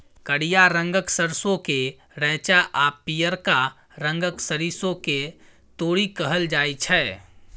करिया रंगक सरसों केँ रैंचा आ पीयरका रंगक सरिसों केँ तोरी कहल जाइ छै